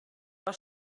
was